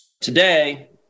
Today